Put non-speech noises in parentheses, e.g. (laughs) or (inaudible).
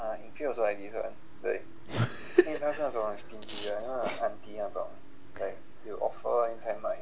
(laughs)